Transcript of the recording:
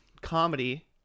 Comedy